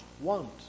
want